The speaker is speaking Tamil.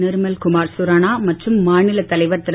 நிர்மல் குமார் சுரானா மற்றும் மாநில தலைவர் திரு